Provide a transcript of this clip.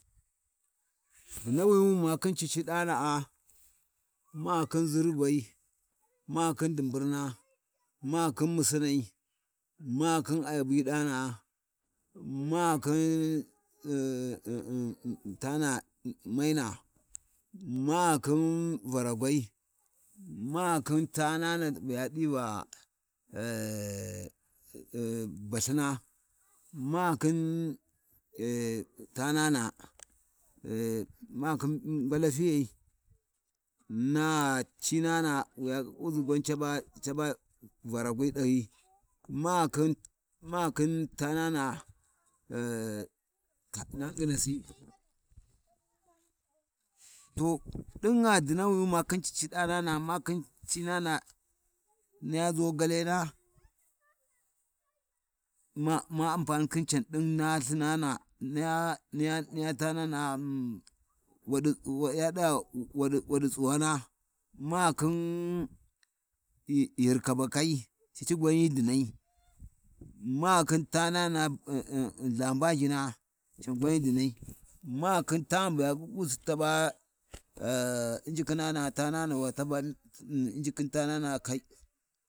﻿Dinawini wi ma khin cic ɗana’a, makhin musinai makhin din burna, ma khin musinai makhin ayabi ɗana’i makhin lana maina, makhin Varagwai makhin tanana bu ya ɗiva baLthina makin tanana makhin ngwala fiyai, na cinana wiya ƙiƙƙiʒi caba caba Varagwi ɗahyi malchin, makhin, tanana na nginasi, to ɗigha dinawini wi mu khin cici, ɗanana makhin cinana niya ʒogalai na, mama U’mma ampanin khin Lthin na Lthina niya niya Tanana’a mhm waɗi ya ɗa-waɗi waɗi tsuwana, ma khin ghir kabakai cici gwan hyi dinai, makhin tanana, tanana ba Lhambajina can gwan hyi dinai, makhin tanana bu ya ƙiƙƙisi tuba inji kinana tanana ba taba, Injikhin tanana kai.